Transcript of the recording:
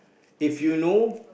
if you know